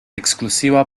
exclusiva